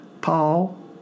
Paul